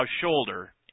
shoulder